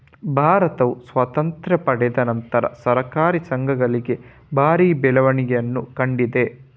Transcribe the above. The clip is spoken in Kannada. ಭಾರತವು ಸ್ವಾತಂತ್ರ್ಯ ಪಡೆದ ನಂತರ ಸಹಕಾರಿ ಸಂಘಗಳಲ್ಲಿ ಭಾರಿ ಬೆಳವಣಿಗೆಯನ್ನ ಕಂಡಿದೆ